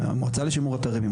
המועצה לשימור אתרים,